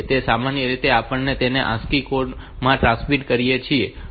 તો સામાન્ય રીતે આપણે તેને ASCII કોડ માં ટ્રાન્સમિટ કરીએ છીએ